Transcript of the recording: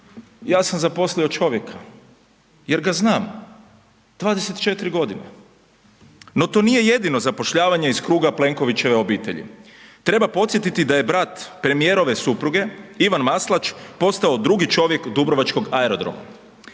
„ja sam zaposlio čovjeka jer ga znam 24.g.“, no to nije jedino zapošljavanje iz kruga Plenkovićeve obitelji. Treba podsjetiti da je brat premijerove supruge Ivan Maslač postao drugi čovjek dubrovačkog aerodroma.